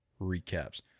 recaps